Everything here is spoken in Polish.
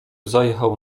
zajechał